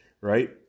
right